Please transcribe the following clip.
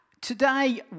Today